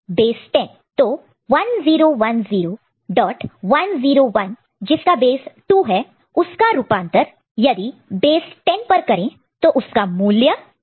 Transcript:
तो 1010101 जिसका बेस 2 है उसका रूपांतर इक्विवेलेंट equivalent बेस् 10 पर 10625 है